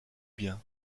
bien